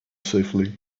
safely